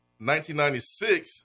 1996